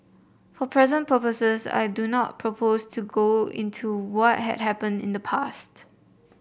for present purposes I do not propose to go into what had happened in the past